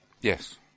Yes